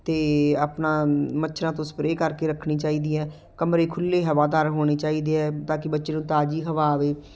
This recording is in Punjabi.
ਅਤੇ ਆਪਣਾ ਮੱਛਰਾਂ ਤੋਂ ਸਪਰੇਅ ਕਰਕੇ ਰੱਖਣੀ ਚਾਹੀਦੀ ਹੈ ਕਮਰੇ ਖੁੱਲ੍ਹੇ ਹਵਾਦਾਰ ਹੋਣੇ ਚਾਹੀਦੇ ਹੈ ਤਾਂ ਕਿ ਬੱਚੇ ਨੂੰ ਤਾਜ਼ੀ ਹਵਾ ਆਵੇ